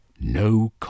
no